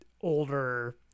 older